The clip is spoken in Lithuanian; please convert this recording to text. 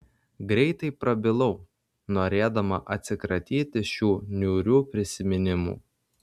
greitai prabilau norėdama atsikratyti šių niūrių prisiminimų